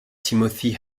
timothy